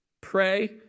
pray